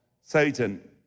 Satan